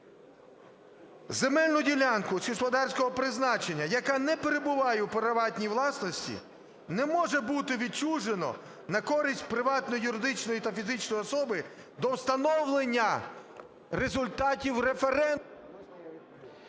Земельну ділянку сільськогосподарського призначення, яка не перебуває у приватній власності, не може бути відчужено на користь приватної юридичної та фізичної особи до встановлення результатів референдуму.